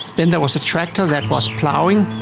then there was a tractor that was ploughing.